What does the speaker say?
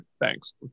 thanks